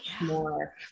more